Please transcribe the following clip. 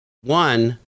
One